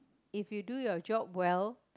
if you do your job well